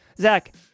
Zach